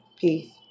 peace